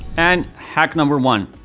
and hack number one,